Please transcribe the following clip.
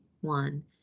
One